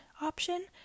option